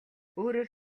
өөрөөр